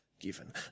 given